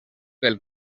pel